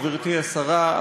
גברתי השרה,